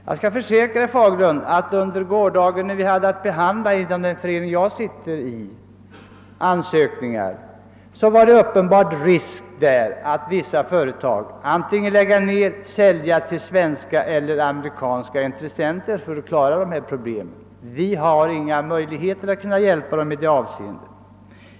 Jag kan säga herr Fa gerlund, att när vi under gårdagen i den förening jag tillhör hade att behandla låneansökningar visade det sig att vissa företag antingen måste nedlägga rörelsen eller säljas till svenska eller amerikanska intressenter, om vi inte hade möjligheter att hjälpa dem i kreditavseende, vilket inte var fallet.